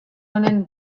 honen